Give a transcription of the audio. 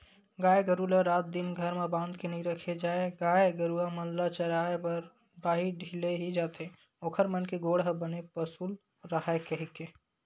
गाय गरु ल रात दिन घर म बांध के नइ रखे जाय गाय गरुवा मन ल चराए बर बाहिर ढिले ही जाथे ओखर मन के गोड़ ह बने पसुल राहय कहिके